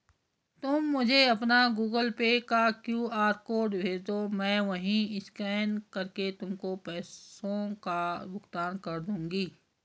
तुम मुझे अपना गूगल पे का क्यू.आर कोड भेजदो, मैं वहीं स्कैन करके तुमको पैसों का भुगतान कर दूंगी